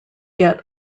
get